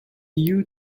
you